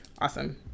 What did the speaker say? awesome